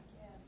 Yes